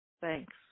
thanks